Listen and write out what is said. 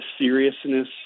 seriousness